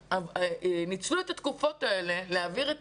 ניצלו את התקופות האלה להעביר את